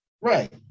Right